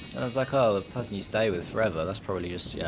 was like, oh, the person you stay with forever, that's probably just, yeah